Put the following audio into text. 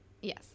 Yes